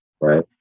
right